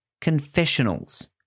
confessionals